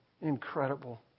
incredible